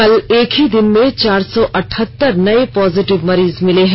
कल एक ही दिन में चार सौ नवासी नए पॉजिटीव मरीज मिले हैं